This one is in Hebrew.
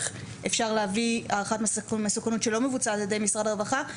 אפשר להביא הערכת מסוכנות שלא מבוצעת על ידי משרד הרווחה,